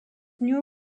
new